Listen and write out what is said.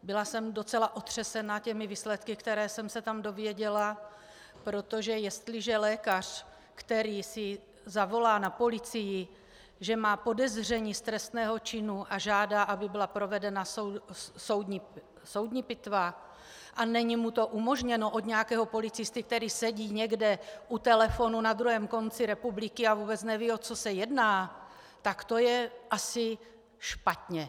Byla jsem docela otřesena těmi výsledky, které jsem se tam dověděla, protože jestliže lékař, který si zavolá na policii, že má podezření z trestného činu, a žádá, aby byla provedena soudní pitva, a není mu to umožněno od nějakého policisty, který sedí někde u telefonu na druhém konci republiky a vůbec neví, o co se jedná, tak to je asi špatně.